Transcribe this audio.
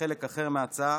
וחלק אחר מההצעה